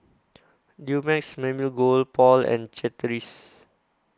Dumex Mamil Gold Paul and Chateraise